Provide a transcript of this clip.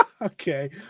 okay